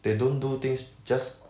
they don't do things just